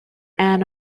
ann